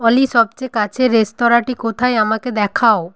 অলি সবচেয়ে কাছের রেস্তোরাঁটি কোথায় আমাকে দেখাও